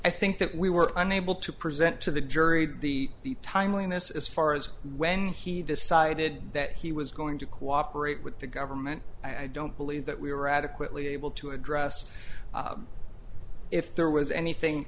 i think that we were unable to present to the jury the the timeliness as far as when he decided that he was going to cooperate with the government i don't believe that we were adequately able to address if there was anything